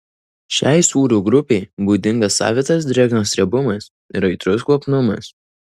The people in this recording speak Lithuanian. šiai sūrių grupei būdingas savitas drėgnas riebumas ir aitrus kvapnumas